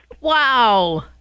Wow